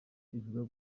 ivuga